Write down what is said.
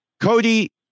Cody